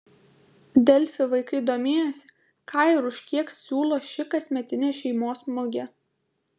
delfi vaikai domėjosi ką ir už kiek siūlo ši kasmetinė šeimos mugė